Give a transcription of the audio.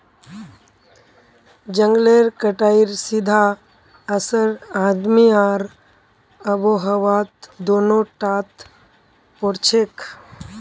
जंगलेर कटाईर सीधा असर आदमी आर आबोहवात दोनों टात पोरछेक